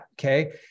Okay